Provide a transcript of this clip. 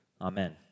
Amen